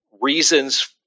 reasons